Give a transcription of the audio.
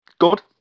good